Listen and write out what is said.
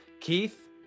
Keith